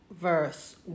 verse